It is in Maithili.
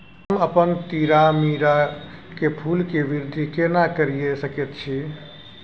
हम अपन तीरामीरा के फूल के वृद्धि केना करिये सकेत छी?